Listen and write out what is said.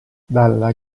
dalla